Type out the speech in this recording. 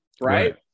right